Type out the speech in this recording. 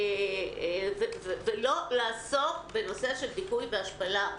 ולא לעסוק בנושא של דיכוי והשפלה.